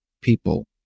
people